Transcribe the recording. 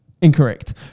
Incorrect